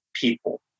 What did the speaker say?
people